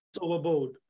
overboard